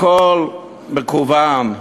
הכול מקוון,